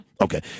Okay